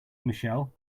michelle